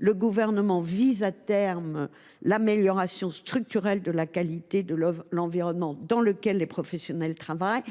Le Gouvernement vise, à terme, l’amélioration structurelle de la qualité de l’environnement dans lequel les professionnels travaillent.